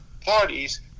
parties